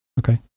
okay